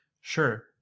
Sure